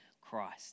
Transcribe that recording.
Christ